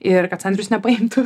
ir kad sandrius nepaimtų